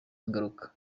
ingaruka